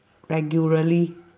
regularly